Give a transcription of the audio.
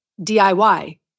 DIY